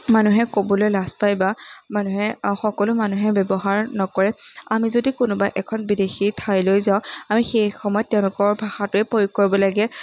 মানুহে ক'বলৈ লাজ পায় বা মানুহে সকলো মানুহে ব্যৱহাৰ নকৰে আমি যদি কোনোবা এখন বিদেশী ঠাইলৈ যাওঁ আমি সেই সময়ত তেওঁলোকৰ ভাষাটোৱে প্ৰয়োগ কৰিব লাগে